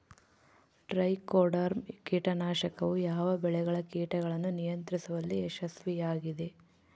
Trichoderma ಕೇಟನಾಶಕವು ಯಾವ ಬೆಳೆಗಳ ಕೇಟಗಳನ್ನು ನಿಯಂತ್ರಿಸುವಲ್ಲಿ ಯಶಸ್ವಿಯಾಗಿದೆ?